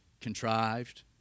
contrived